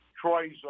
Troy's